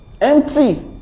Empty